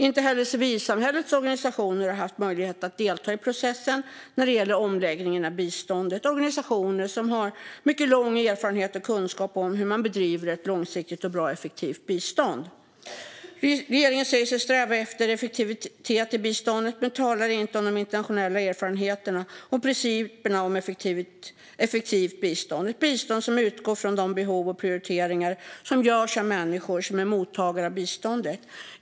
Inte heller civilsamhällets organisationer har haft möjlighet att delta i processen när det gäller omläggningen av biståndet. Det är organisationer som har mycket lång erfarenhet och kunskap om hur man bedriver ett långsiktigt och bra, effektivt bistånd. Regeringen säger sig sträva efter effektivitet i biståndet men talar inte om de internationella erfarenheterna och principerna om ett effektivt bistånd - ett bistånd som utgår från behov hos och prioriteringar som görs av människor som är mottagare av det.